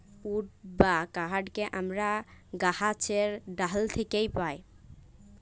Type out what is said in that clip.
would বা কাহাঠকে আমরা গাহাছের ডাহাল থ্যাকে পাই